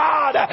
God